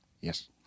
Yes